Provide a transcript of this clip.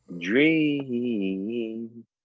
dream